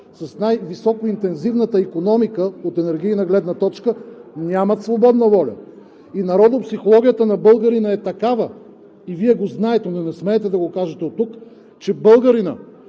с най-високоинтензивната икономика от енергийна гледна точка нямат свободна воля! Народопсихологията на българина е такава! И Вие го знаете, но не смеете да го кажете оттук, че българинът